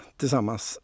tillsammans